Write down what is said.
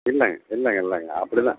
இல்லைங்க இல்லைங்க இல்லைங்க அப்படி தான்